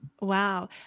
Wow